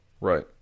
Right